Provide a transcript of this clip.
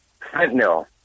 fentanyl